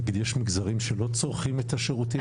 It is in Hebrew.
נגיד, יש מגזרים שלא צורכים את השירותים האלה?